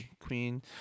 queen